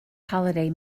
holiday